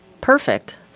Perfect